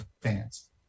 fans